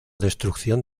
destrucción